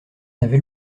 n’avait